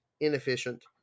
inefficient